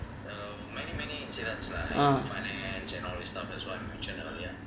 uh